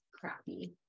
crappy